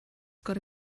gotta